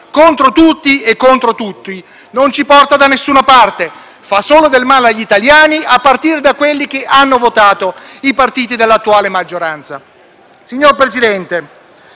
contro tutto e contro tutti, non ci porta da nessuna parte, fa solo del male agli italiani, a partire da quelli che hanno votato i partiti dell'attuale maggioranza.